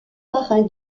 marin